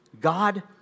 God